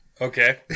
Okay